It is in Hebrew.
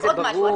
עוד משהו.